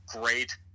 great